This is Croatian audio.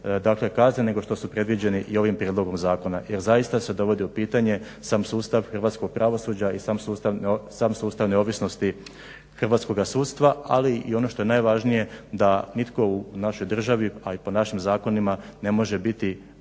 dakle kazne nego što su predviđene i ovim prijedlogom zakona. Jer zaista se dovodi u pitanje sam sustav hrvatskog pravosuđa i sam sustav neovisnosti hrvatskoga sudstva ali i ono što je najvažnije da nitko u našoj državi, a i po našim zakonima ne može biti